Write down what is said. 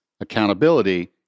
accountability